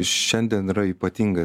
šiandien yra ypatinga